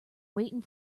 waiting